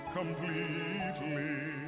completely